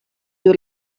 you